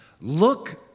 Look